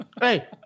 Hey